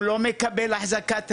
הוא לא מקבל החזקת רכב,